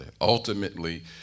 Ultimately